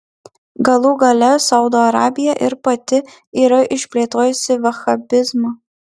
galų gale saudo arabija ir pati yra išplėtojusi vahabizmą